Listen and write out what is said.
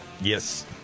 Yes